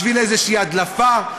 בשביל איזושהי הדלפה?